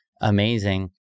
amazing